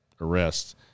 arrest